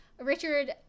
Richard